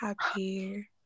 happy